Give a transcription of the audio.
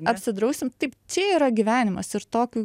apsidrausim taip čia yra gyvenimas ir tokiu